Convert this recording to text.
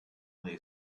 lay